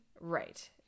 Right